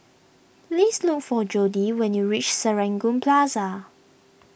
please look for Jodie when you reach Serangoon Plaza